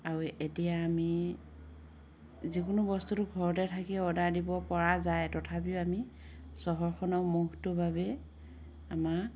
আৰু এতিয়া আমি যিকোনো বস্তুটো ঘৰতে থাকি অৰ্ডাৰ দিব পৰা যায় তথাপিও আমি চহৰখনৰ মোহটোৰ বাবেই আমাৰ